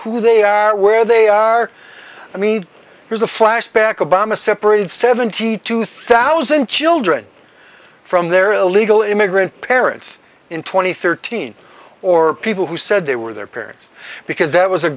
who they are where they are i mean here's a flashback obama separated seventy two thousand children from their illegal immigrant parents in two thousand and thirteen or people who said they were their parents because that was a